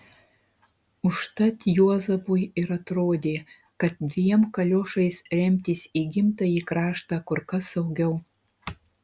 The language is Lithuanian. užtat juozapui ir atrodė kad dviem kaliošais remtis į gimtąjį kraštą kur kas saugiau